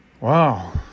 Wow